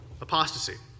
apostasy